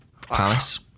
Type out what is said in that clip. Palace